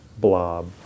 blob